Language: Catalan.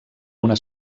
una